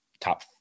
top